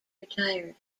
retired